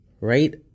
right